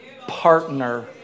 partner